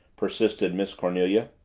persisted miss cornelia.